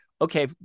Okay